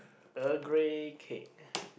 Earl Grey cake